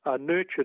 nurtured